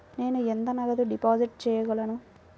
నేను ఎంత నగదు డిపాజిట్ చేయగలను?